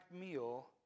meal